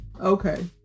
Okay